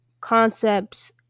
concepts